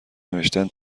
نوشتن